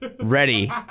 ready